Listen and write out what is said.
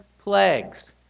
plagues